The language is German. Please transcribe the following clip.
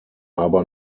aber